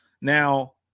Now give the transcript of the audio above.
Now